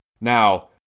Now